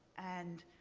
and